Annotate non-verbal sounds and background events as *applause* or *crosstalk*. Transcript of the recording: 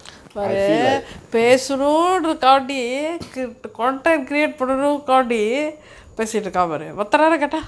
I feel like *coughs*